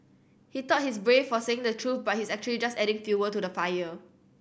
he thought he's brave for saying the truth but he's actually just adding fuel to the fire